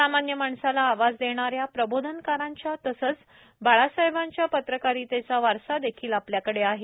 सामान्य माणसाला आवाज देणाऱ्या प्रबोधनकारांच्या तसेच बाळासाहेबांच्या पत्रकारितेचा वारसा देखील आपल्याकडे आहे